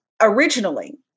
originally